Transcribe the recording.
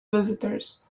visitors